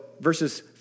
verses